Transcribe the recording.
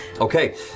Okay